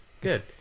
good